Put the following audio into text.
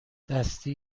دستی